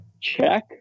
check